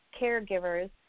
caregivers